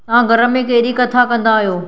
तव्हां घर में कहिड़ी कथा कंदा आहियो